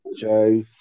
Joe